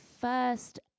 first